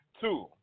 Two